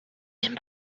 dem